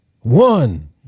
One